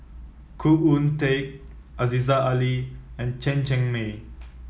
Khoo Oon Teik Aziza Ali and Chen Cheng Mei